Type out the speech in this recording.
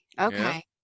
Okay